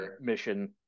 mission